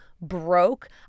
broke